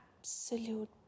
absolute